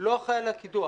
לא אחראי על הקידוח.